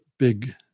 big